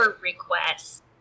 request